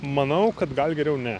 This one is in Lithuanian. manau kad gal geriau ne